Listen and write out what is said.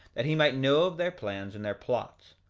that he might know of their plans and their plots,